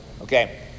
okay